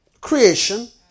creation